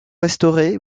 restaurés